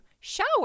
shower